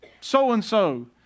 so-and-so